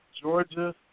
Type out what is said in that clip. Georgia